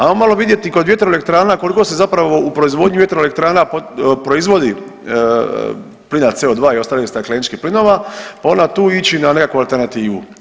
Ajmo malo vidjeti kod vjetroelektrana koliko se zapravo u proizvodnji vjetroelektrana proizvodi plina CO2 i ostalih ne stakleničkih plinova pa onda tu ići na nekakvu alternativu.